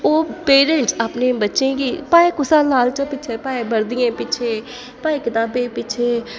ओह् पेरेंट अपने बच्चें गी भाएं कुसै लालचै पिच्छें भाएं वर्दियें पिच्छें भाएं कताबें पिच्छें